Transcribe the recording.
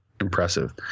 impressive